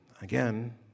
again